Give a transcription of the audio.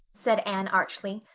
said anne archly.